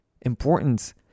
importance